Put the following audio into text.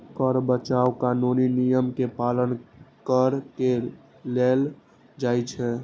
कर बचाव कानूनी नियम के पालन कैर के कैल जाइ छै